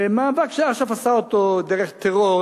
מאבק שאש"ף עשה דרך טרור,